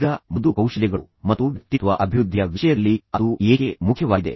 ಈಗ ಮೃದು ಕೌಶಲ್ಯಗಳು ಮತ್ತು ವ್ಯಕ್ತಿತ್ವ ಅಭಿವೃದ್ಧಿಯ ವಿಷಯದಲ್ಲಿ ಅದು ಏಕೆ ಮುಖ್ಯವಾಗಿದೆ